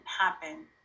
happen